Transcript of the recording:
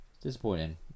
disappointing